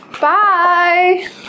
Bye